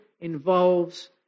involves